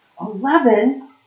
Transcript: Eleven